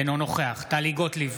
אינו נוכח טלי גוטליב,